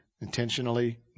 intentionally